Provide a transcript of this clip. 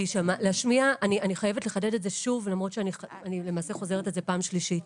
אני חייבת לחדד את זה שוב למרות שאני למעשה חוזרת על זה פעם שלישית.